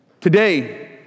Today